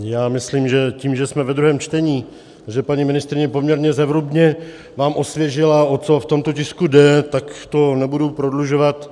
Já myslím, že tím, že jsme ve druhém čtení a že paní ministryně poměrně zevrubně nám osvěžila, o co v tomto tisku jde, tak to nebudu prodlužovat.